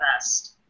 best